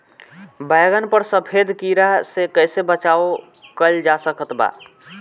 बैगन पर सफेद कीड़ा से कैसे बचाव कैल जा सकत बा?